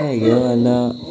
त्यस्तै खाले हो अन्त